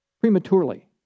prematurely